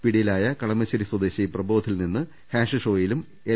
പിടിയിലായ കളമശേരി സ്വദേശി പ്രബോധിൽ നിന്ന് ഹാഷിഷ് ഓയിലും എൽ